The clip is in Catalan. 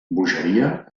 bogeria